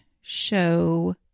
show